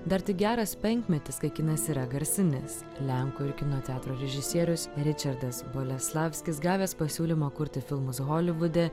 dar tik geras penkmetis kai kinas yra garsinis lenkų ir kino teatro režisierius ričardas boleslavskis gavęs pasiūlymą kurti filmus holivude